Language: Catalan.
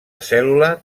cèl·lula